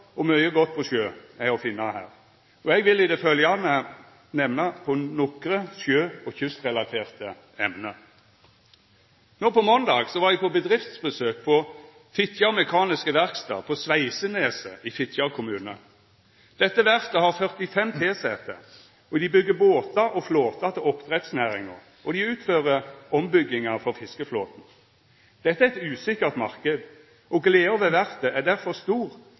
og mykje godt på sjøen er å finna her, og eg vil i det følgjande nemna nokre sjø- og kystrelaterte emne. No på måndag var eg på bedriftsbesøk på Fitjar Mekaniske Verkstad på Sveiseneset i Fitjar kommune. Dette verftet har 45 tilsette. Dei byggjer båtar og flåtar til oppdrettsnæringa, og dei utfører ombyggingar for fiskeflåten. Dette er ein usikker marknad, og gleda ved verftet er derfor stor